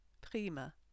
prima